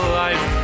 life